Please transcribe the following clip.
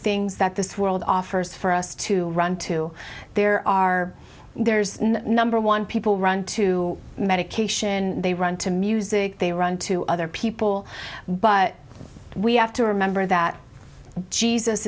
things that this world offers for us to run to there are there's number one people run to medication they run to music they run to other people but we have to remember that jesus